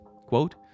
quote